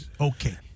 Okay